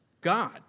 God